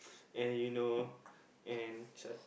and you know and shut